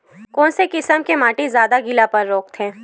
कोन से किसम के माटी ज्यादा गीलापन रोकथे?